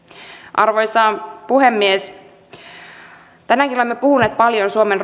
arvoisa puhemies tänäänkin olemme puhuneet paljon suomen